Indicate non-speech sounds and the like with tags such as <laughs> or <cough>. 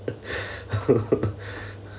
<laughs>